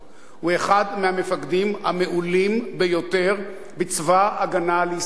הוא אחד המפקדים המעולים ביותר בצבא-הגנה לישראל.